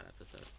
episode